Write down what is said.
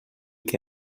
que